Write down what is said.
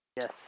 Yes